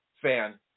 fan